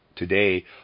Today